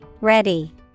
Ready